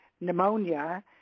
pneumonia